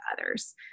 others